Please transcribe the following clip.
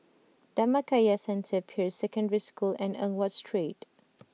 Dhammakaya Centre Peirce Secondary School and Eng Watt Street